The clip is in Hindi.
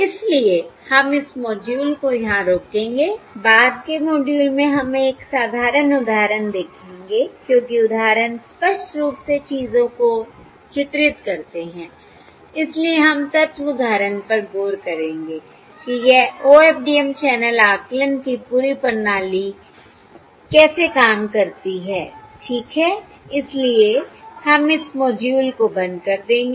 इसलिए हम इस मॉड्यूल को यहाँ रोकेंगे बाद के मॉड्यूल में हम एक साधारण उदाहरण देखेंगे क्योंकि उदाहरण स्पष्ट रूप से चीजों को चित्रित करते हैं इसलिए हम तत्व उदाहरण पर गौर करेंगे कि यह OFDM चैनल आकलन की पूरी प्रणाली कैसे काम करती है ठीक है इसलिए हम इस मॉड्यूल को बंद कर देंगे